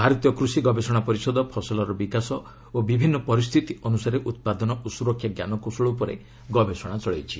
ଭାରତୀୟ କୃଷି ଗବେଷଣା ପରିଷଦ ଫସଲର ବିକାଶ ଓ ବିଭିନ୍ନ ପରିସ୍ଥିତି ଅନୁସାରେ ଉତ୍ପାଦନ ଓ ସୁରକ୍ଷା ଜ୍ଞାନକୌଶଳ ଉପରେ ଗବେଷଣା କରୁଛି